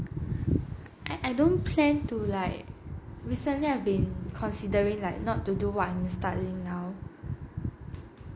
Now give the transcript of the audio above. I I don't plan to like recently I've been considering like not to do what I'm studying now